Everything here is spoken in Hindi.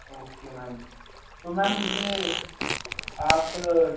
ओके मैम तो मैम मुझे आप